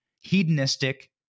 hedonistic